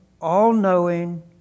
all-knowing